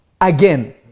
again